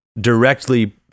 directly